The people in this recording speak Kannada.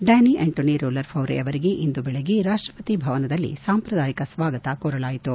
ಡ್ನಾನ್ಸಿ ಆಂಟೋನಿ ರೋಲ್ಲನ್ ಫೌರೆ ಅವರಿಗೆ ಇಂದು ಬೇಗ್ಗೆ ರಾಷ್ಲಪತಿ ಭವನದಲ್ಲಿ ಸಾಂಪ್ರದಾಯಿಕ ಸ್ನಾಗತ ಕೋರಲಾಯಿತು